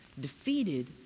Defeated